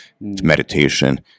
meditation